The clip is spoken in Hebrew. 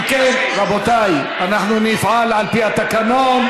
אם כן, רבותיי, אנחנו נפעל על פי התקנון.